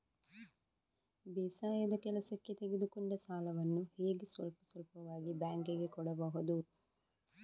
ಬೇಸಾಯದ ಕೆಲಸಕ್ಕೆ ತೆಗೆದುಕೊಂಡ ಸಾಲವನ್ನು ಹೇಗೆ ಸ್ವಲ್ಪ ಸ್ವಲ್ಪವಾಗಿ ಬ್ಯಾಂಕ್ ಗೆ ಕೊಡಬಹುದು?